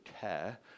care